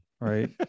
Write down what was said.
right